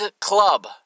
club